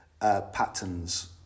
patterns